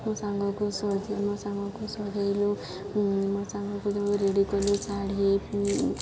ମୋ ସାଙ୍ଗକୁ ମୋ ସାଙ୍ଗକୁ ସଜାଇଲୁ ମୋ ସାଙ୍ଗକୁ ରେଡ଼ି କଲୁ ଶାଢ଼ୀ